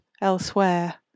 elsewhere